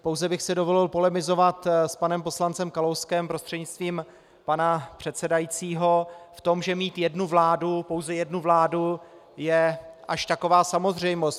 Pouze bych si dovolil polemizovat s panem poslancem Kalouskem prostřednictvím pana předsedajícího v tom, že mít jednu vládu, pouze jednu vládu, je až taková samozřejmost.